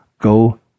go